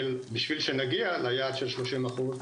על מנת שנגיע ליעד של שלושים אחוז,